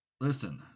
Listen